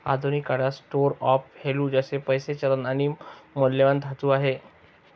आधुनिक काळात store of value जसे पैसा, चलन आणि मौल्यवान धातू आहे